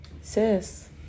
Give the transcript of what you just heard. sis